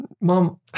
Mom